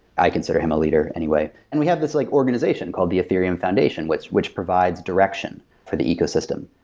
i consider him a leader anyway. and we have this like organization called the ethereum foundation, which which provides direction for the ecosystem.